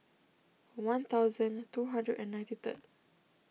one thousand two hundred and ninety third